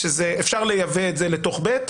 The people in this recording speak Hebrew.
שאפשר לייבא את זה לתוך (ב)